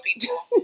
people